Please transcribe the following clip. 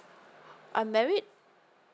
I'm married